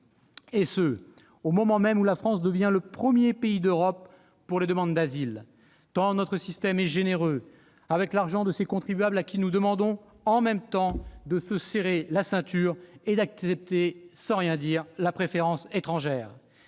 surcroît, au moment même où la France devient le premier pays d'Europe pour les demandes d'asile, tant notre système est généreux avec l'argent de ces contribuables à qui nous demandons « en même temps » de se serrer la ceinture et d'accepter sans rien dire la préférence étrangère.